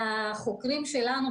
החוקרים שלנו,